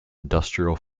industrial